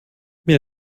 mir